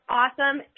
awesome